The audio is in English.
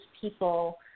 people